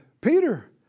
Peter